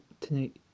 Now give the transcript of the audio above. tonight